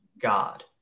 god